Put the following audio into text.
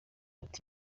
ati